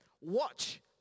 watch